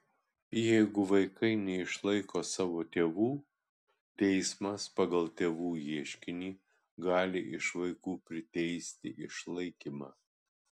jeigu vaikai neišlaiko savo tėvų teismas pagal tėvų ieškinį gali iš vaikų priteisti išlaikymą